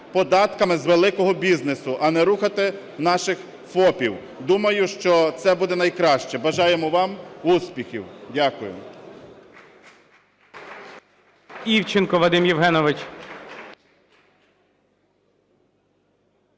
податками з великого бізнесу, а не рухати наших ФОПів. Думаю, що це буде найкраще. Бажаємо вам успіхів. Дякую.